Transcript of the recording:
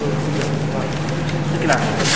אני מזמין את חבר הכנסת חנא סוייד, בבקשה.